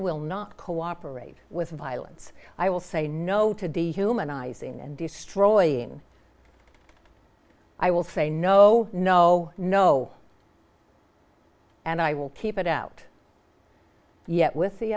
will not cooperate with violence i will say no to dehumanizing and destroying i will say no no no and i will keep it out yet with the